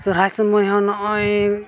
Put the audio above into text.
ᱥᱚᱦᱨᱟᱭ ᱥᱚᱢᱚᱭ ᱦᱚᱸ ᱱᱚᱜᱼᱚᱭ